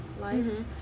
life